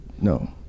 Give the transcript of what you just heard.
no